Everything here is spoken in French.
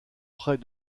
près